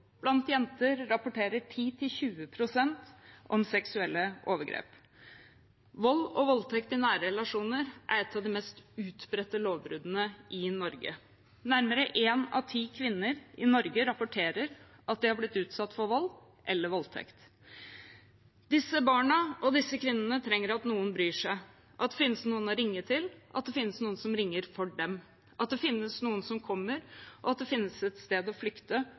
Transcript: Blant jenter rapporterer 10–20 pst. om seksuelle overgrep. Vold og voldtekt i nære relasjoner er et av de mest utbredte lovbruddene i Norge. Nærmere én av ti kvinner i Norge rapporterer at de har blitt utsatt for vold eller voldtekt. Disse barna og disse kvinnene trenger at noen bryr seg, at det finnes noen å ringe til, at det finnes noen som ringer for dem, at det finnes noen som kommer, og at det finnes et sted å flykte